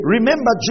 Remember